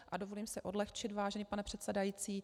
A dovolím si odlehčit, vážený pane předsedající.